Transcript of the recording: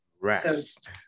rest